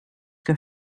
que